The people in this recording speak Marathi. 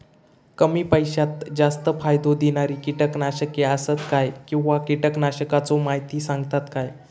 कमी पैशात जास्त फायदो दिणारी किटकनाशके आसत काय किंवा कीटकनाशकाचो माहिती सांगतात काय?